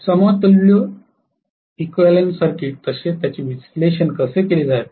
समतुल्य सर्किट तसेच त्याचे विश्लेषण कसे केले जाते